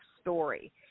story